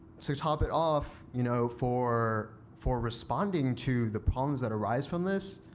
so top it off, you know for for responding to the problems that arise from this,